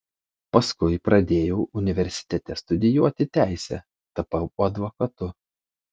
paskui pradėjau universitete studijuoti teisę tapau advokatu